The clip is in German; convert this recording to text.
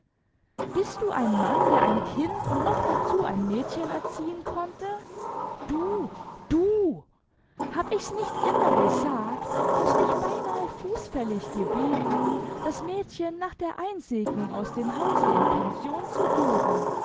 bist du ein mann der ein kind und noch dazu ein mädchen erziehen konnte du dul hab ich's nicht immer gesagt und dich beinahe fußfällig gebeten das mädchen nach der einsegnung aus dem hause in pension zu geben